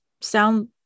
sound